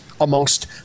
amongst